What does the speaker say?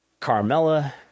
Carmella